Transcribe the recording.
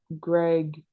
greg